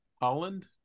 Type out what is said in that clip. Holland